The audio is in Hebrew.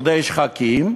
גורדי שחקים,